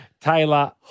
Taylor